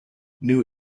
new